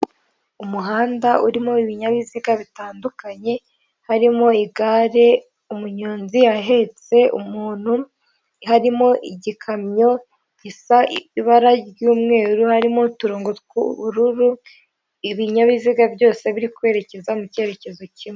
Umuhanda urimo ibinyabiziga bitandukanye harimo igare umunyonzi ahetse umuntu harimo igikamyo gisa ibara ry'umweru harimo uturongo tw'ubururu, ibinyabiziga byose biri kwerekeza mu cyerekezo kimwe.